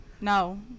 No